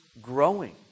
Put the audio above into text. growing